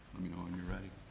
let me know when you're ready.